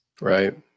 Right